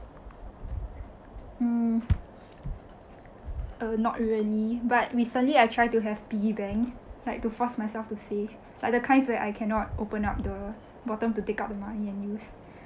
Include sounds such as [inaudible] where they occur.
mm uh not really but recently I try to have piggy bank like to force myself to save like the kinds where I cannot open up the bottom to take out the money and use [breath]